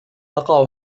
تقع